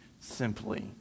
Simply